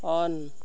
on